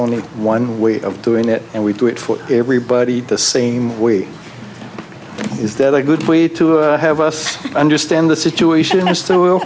only one way of doing it and we do it for everybody the same way is that a good way to have us understand the situation is